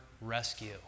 rescue